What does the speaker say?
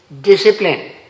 discipline